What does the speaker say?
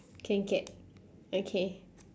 kancat okay